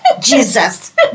Jesus